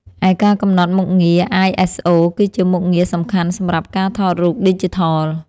ឯការកំណត់មុខងារ អាយ អេស អូ គឺជាមុខងារសំខាន់សម្រាប់ការថតរូបឌីជីថល។